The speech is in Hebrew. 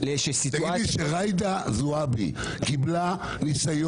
הוא קיבל את הזימון